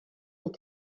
est